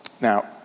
Now